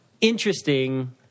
interesting